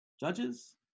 judges